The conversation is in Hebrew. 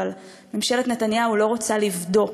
אבל ממשלת נתניהו לא רוצה לבדוק.